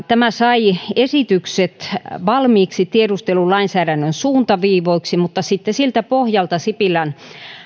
tämä sai esitykset valmiiksi tiedustelulainsäädännön suuntaviivoiksi mutta sitten siltä pohjalta sipilän